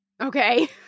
okay